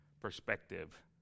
perspective